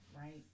right